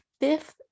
fifth